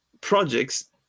projects